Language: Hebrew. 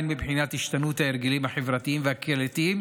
הן מבחינת השתנות ההרגלים החברתיים והקהילתיים